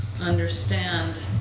understand